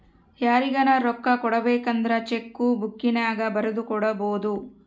ಯಾರಿಗನ ರೊಕ್ಕ ಕೊಡಬೇಕಂದ್ರ ಚೆಕ್ಕು ಬುಕ್ಕಿನ್ಯಾಗ ಬರೆದು ಕೊಡಬೊದು